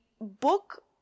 book